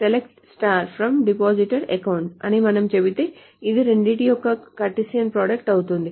SELECT FROM depositor account అని మనం చెబితే ఇది ఈ రెండింటి యొక్క కార్టీసియన్ ప్రొడక్ట్ అవుతుంది